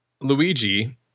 luigi